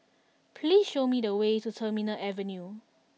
please show me the way to Terminal Avenue